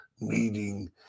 meeting